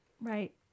Right